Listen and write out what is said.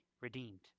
Redeemed